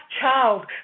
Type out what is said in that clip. child